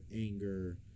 anger